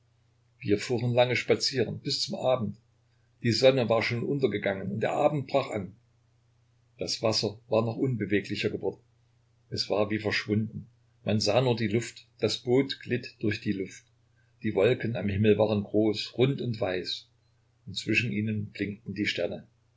wir fuhren lange spazieren bis zum abend die sonne war schon untergegangen und der abend brach an das wasser war noch unbeweglicher geworden es war wie verschwunden man sah nur die luft das boot glitt durch die luft die wolken am himmel waren groß rund und weiß und zwischen ihnen blinkten die sterne